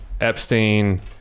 Epstein